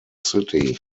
city